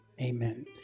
Amen